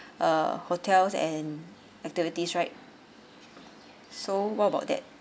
uh hotels and activities right so what about that